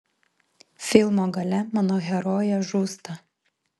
filmo gale mano herojė žūsta